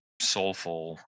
soulful